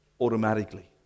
automatically